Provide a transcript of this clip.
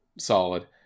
Solid